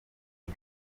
den